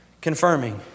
Confirming